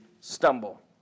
stumble